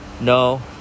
No